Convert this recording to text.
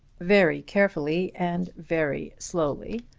very carefully and very slowly,